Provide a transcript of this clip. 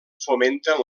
fomenten